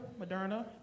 Moderna